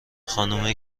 خانومه